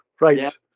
Right